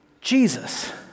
Jesus